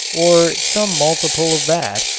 or some multiple of that,